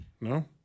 No